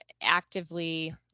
actively